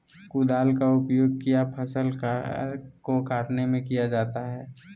कुदाल का उपयोग किया फसल को कटने में किया जाता हैं?